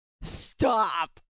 Stop